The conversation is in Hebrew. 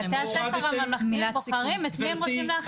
בתי הספר הממלכתיים בוחרים את מי רוצים להכניס.